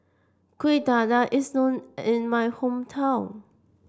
Kueh Dadar is known in my hometown